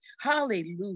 Hallelujah